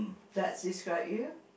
that's describe you